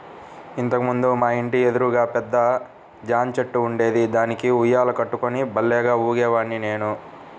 ఇంతకు ముందు మా ఇంటి ఎదురుగా పెద్ద జాంచెట్టు ఉండేది, దానికి ఉయ్యాల కట్టుకుని భల్లేగా ఊగేవాడ్ని నేను